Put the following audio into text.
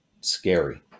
scary